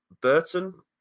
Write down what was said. Burton